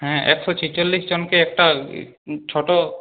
হ্যাঁ একশো ছেচল্লিশজনকে একটা ছোটো